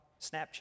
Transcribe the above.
Snapchat